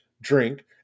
drink